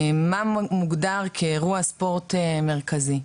מה מוגדר כאירוע ספורט מרכזי,